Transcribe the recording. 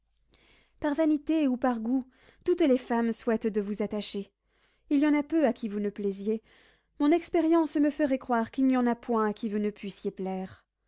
par vanité ou par goût toutes les femmes souhaitent de vous attacher il y en a peu à qui vous ne plaisiez mon expérience me ferait croire qu'il n'y en a point à qui vous ne puissiez plaire